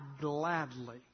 gladly